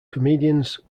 comedians